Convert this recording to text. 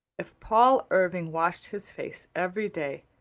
if paul irving washed his face every day,